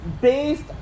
based